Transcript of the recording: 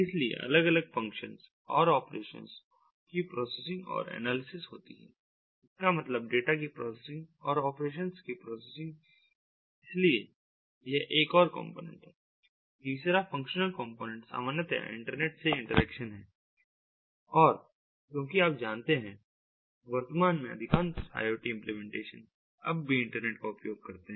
इसलिए अलग अलग फंक्शन और ऑपरेशंस की प्रोसेसिंग और एनालिसिस होती है इसका मतलब डेटा की प्रोसेसिंग और ऑपरेशंस की प्रोसेसिंग इसलिए यह एक और कॉम्पोनेंट है तीसरा फंक्शनल कंपोनेंट सामान्यतया इंटरनेट से इंटरेक्शन है और क्योंकि आप जानते हैं वर्तमान में अधिकांश IoT इंप्लीमेंटेशन अभी भी इंटरनेट का उपयोग करते हैं